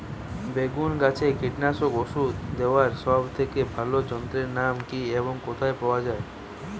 বেগুন গাছে কীটনাশক ওষুধ দেওয়ার সব থেকে ভালো যন্ত্রের নাম কি এবং কোথায় পাওয়া যায়?